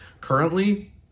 Currently